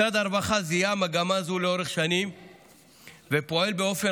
משרד הרווחה זיהה מגמה זו לאורך שנים ופועל באופן